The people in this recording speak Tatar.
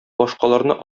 башкаларны